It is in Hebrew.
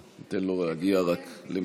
רק ניתן לו להגיע למקומו.